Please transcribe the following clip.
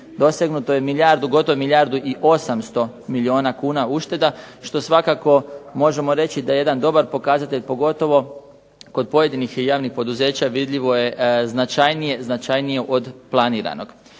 Dosegnuto je milijardu, gotovo milijardu i 800 milijuna kuna ušteda što svakako možemo reći da je jedan dobar pokazatelj pogotovo kod pojedinih javnih poduzeća vidljivo je značajnije od planiranog.